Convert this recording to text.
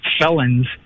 felons